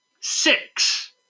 six